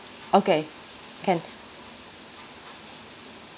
okay can